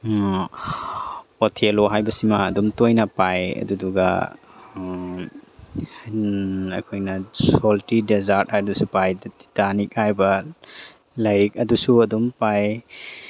Othello ꯍꯥꯏꯕꯁꯤꯃ ꯑꯗꯨꯝ ꯇꯣꯏꯅ ꯄꯥꯏ ꯑꯗꯨꯗꯨꯒ ꯑꯩꯈꯣꯏꯅ ꯁꯣꯜꯇꯤ ꯗꯦꯖꯥꯔꯠ ꯍꯥꯏꯕꯗꯨꯁꯨ ꯄꯥꯏ ꯗ ꯇꯤꯇꯥꯅꯤꯛ ꯍꯥꯏꯔꯤꯕ ꯂꯥꯏꯔꯤꯛ ꯑꯗꯨꯁꯨ ꯑꯗꯨꯝ ꯄꯥꯏ